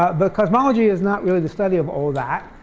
but but cosmology is not really the study of all that.